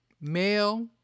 Male